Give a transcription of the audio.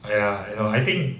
!aiya! you know I think